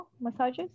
massages